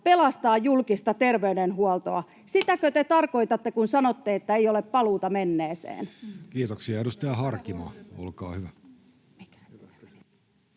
pelastaa julkista terveydenhuoltoa? Sitäkö te tarkoitatte, kun sanotte, että ei ole paluuta menneeseen? Kiitoksia. — Edustaja Harkimo, olkaa hyvä.